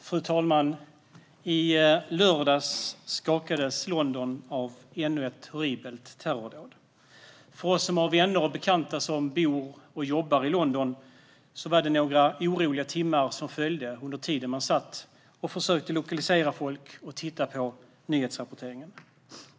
Fru talman! I lördags skakades London av ännu ett horribelt terrordåd. För oss som har vänner och bekanta som bor och jobbar i London följde det några oroliga timmar under tiden som man försökte lokalisera folk och tittade på nyhetsrapporteringen.